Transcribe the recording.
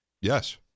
Yes